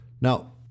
Now